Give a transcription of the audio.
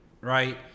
right